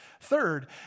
Third